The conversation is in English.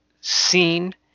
seen